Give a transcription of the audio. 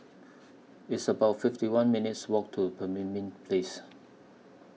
It's about fifty one minutes' Walk to Pemimpin Place